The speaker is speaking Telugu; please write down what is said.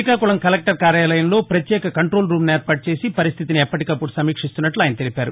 శ్రీకాకుకం కలెక్టర్ కార్యాలయంలో ప్రత్యేక కంటోల్రూమ్ను ఏర్పాటు చేసి పరిస్టితిని ఎప్పటికప్పుడు సమీక్షిస్తున్నట్ల ఆయన తెలిపారు